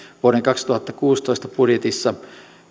vuoden kaksituhattakuusitoista budjetissa